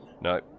No